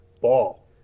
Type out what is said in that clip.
ball